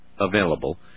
available